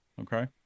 Okay